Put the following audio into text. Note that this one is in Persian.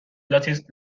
لاتیس